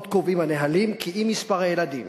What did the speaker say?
עוד קובעים הנהלים כי אם מספר הילדים